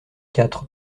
quatre